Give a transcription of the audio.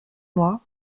moi